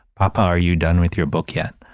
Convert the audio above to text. papa, are you done with your book yet?